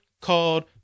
called